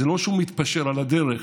זה לא שהוא מתפשר על הדרך,